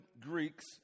Greeks